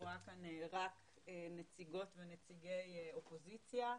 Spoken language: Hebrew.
נציגות ונציגי אופוזיציה.